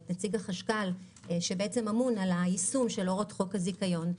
את נציג החשכ"ל שאמון על יישום הוראות חוק הזיכיון.